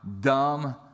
dumb